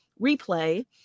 replay